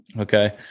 Okay